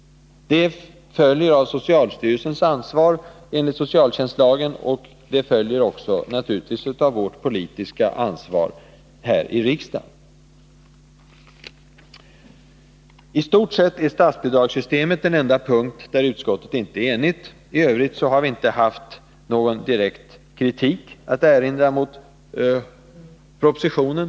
Det följer av socialstyrelsens ansvar enligt socialtjänstlagen, och det följer också naturligtvis av vårt politiska ansvar här i riksdagen. I stort sett är statsbidragssystemet den enda punkt där utskottet inte är enigt. I övrigt har vi inte haft någon direkt kritik att rikta mot propositionen.